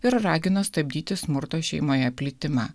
ir ragino stabdyti smurto šeimoje plitimą